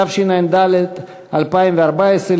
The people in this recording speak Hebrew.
התשע"ד 2014,